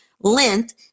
length